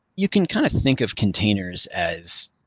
you can kind of think of containers as,